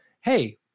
hey